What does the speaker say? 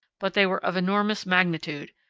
but they were of enormous magnitude,